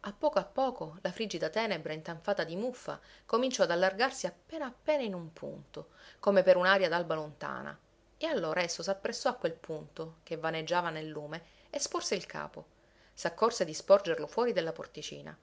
a poco a poco la frigida tenebra intanfata di muffa cominciò ad allargarsi appena appena in un punto come per un'aria d'alba lontana e allora esso s'appressò a quel punto che vaneggiava nel lume e sporse il capo s'accorse di sporgerlo fuori della porticina